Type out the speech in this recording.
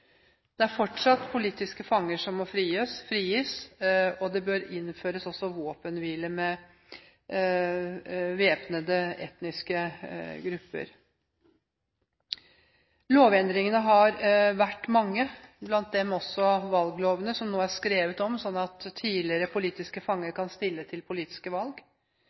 Det er fortsatt politiske fanger som må frigis, og det bør også innføres våpenhvile med væpnede etniske grupper. Lovendringene har vært mange, blant dem også valglovene som nå er skrevet om, slik at tidligere politiske fanger kan stille til politiske valg.